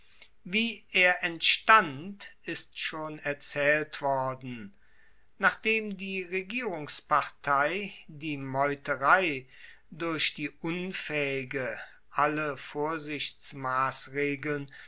wie er entstand ist schon erzaehlt worden nachdem die regierungspartei die meuterei durch die unfaehige alle vorsichtsmassregeln